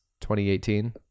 2018